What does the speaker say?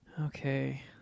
Okay